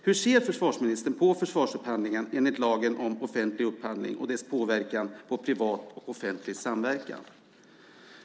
Hur ser försvarsministern på försvarsupphandlingen enligt lagen om offentlig upphandling och på dess påverkan på privat och offentlig samverkan?